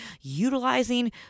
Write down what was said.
utilizing